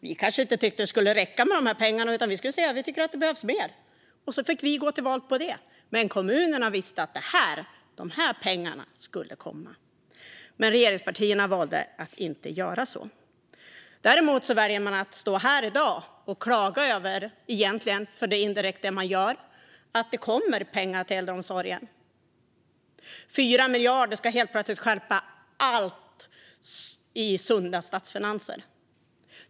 Vi kanske inte skulle tycka att det räcker med de här pengarna utan i stället säga att vi tycker att det behövs mer, och så skulle vi få gå till val på det. Men kommunerna skulle veta att de här pengarna skulle komma. Men regeringspartierna valde att inte göra så. Däremot väljer man att stå här i dag och klaga över, för det är indirekt det man gör, att det kommer pengar till äldreomsorgen. 4 miljarder kommer helt plötsligt att stjälpa allt i sunda statsfinanser.